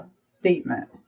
statement